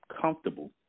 comfortable